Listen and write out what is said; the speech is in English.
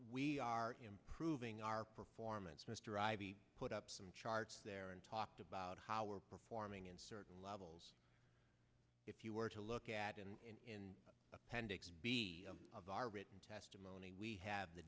we are improving our performance mr ivy put up some charts there and talked about how we're performing in certain levels if you were to look at in appendix b of our written testimony we have the